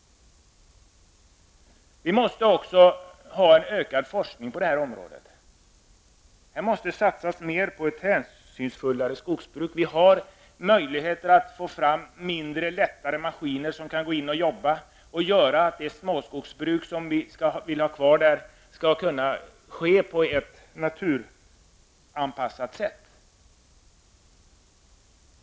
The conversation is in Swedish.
Det måste bli en ökad forskning på det här området. Här måste satsas mer på ett hänsynsfullt skogsbruk. Det finns möjligheter att få fram mindre, lättare maskiner som kan utöva det småskogsbruk som skall få finnas kvar och då på ett naturanpassat sätt.